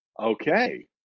okay